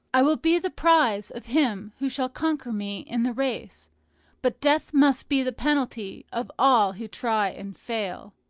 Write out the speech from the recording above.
i will be the prize of him who shall conquer me in the race but death must be the penalty of all who try and fail.